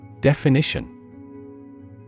Definition